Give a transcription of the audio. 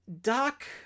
Doc